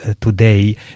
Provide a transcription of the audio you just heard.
today